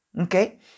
okay